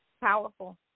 powerful